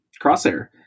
Crosshair